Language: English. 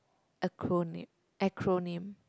acronym acronym